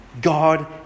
God